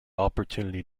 opportunity